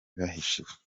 bahishiwe